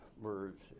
words